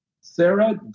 Sarah